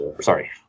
sorry